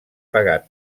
pagar